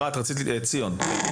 ציון.